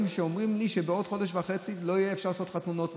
ואומרים לי שבעוד חודש וחצי לא אפשר יהיה לעשות חתונות,